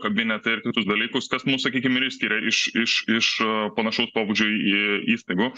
kabinetą ir kitus dalykus kas mus sakykim ir išskiria iš iš iš panašaus pobūdžio į įstaigų